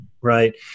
Right